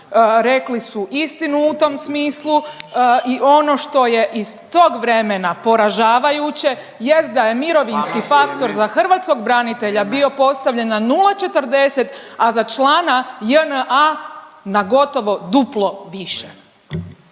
rekli su istinu u tom smislu. I ono što je iz tog vremena poražavajuće jest da je mirovinski faktor za hrvatskog branitelja bio postavljen na 040, a za člana JNA na gotovo duplo više.